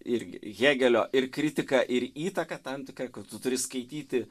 irgi hėgelio ir kritika ir įtaka tam tikra kad tu turi skaityti